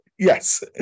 Yes